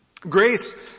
Grace